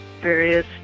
various